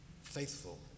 faithful